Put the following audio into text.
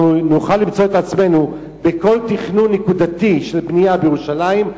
אנחנו נוכל למצוא את עצמנו בכל תכנון נקודתי של בנייה בירושלים,